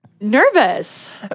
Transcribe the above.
nervous